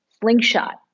slingshot